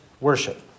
worship